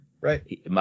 right